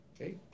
Okay